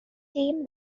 team